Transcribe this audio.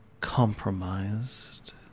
compromised